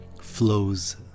flows